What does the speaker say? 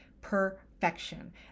perfection